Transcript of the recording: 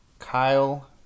Kyle